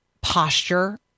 posture